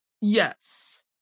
Yes